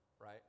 right